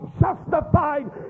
justified